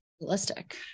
Realistic